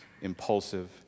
impulsive